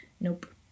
nope